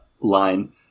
line